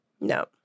No